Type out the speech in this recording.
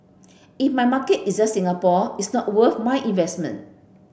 if my market is just Singapore it's not worth my investment